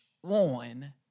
one